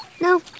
No